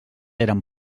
eren